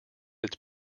its